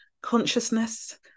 consciousness